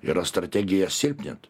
yra strategija silpnint